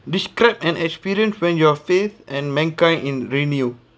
describe an experience when your faith and mankind in renew